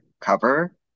cover